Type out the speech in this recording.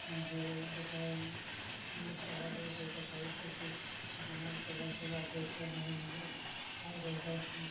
जे जकर मृत्यु भऽ गेल छै तऽ कहै छै कि हँ सुबह सुबह देख लेलहुँ आओर दोसर